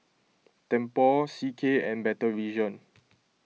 Tempur C K and Better Vision